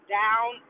down